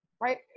right